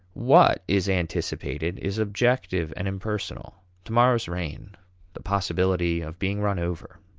what is anticipated is objective and impersonal to-morrow's rain the possibility of being run over.